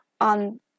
on